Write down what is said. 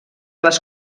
les